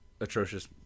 Atrocious